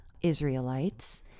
Israelites